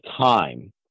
time